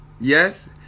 Yes